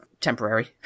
temporary